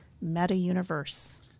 meta-universe